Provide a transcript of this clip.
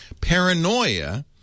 Paranoia